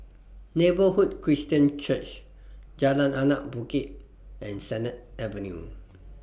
Neighbourhood Christian Church Jalan Anak Bukit and Sennett Avenue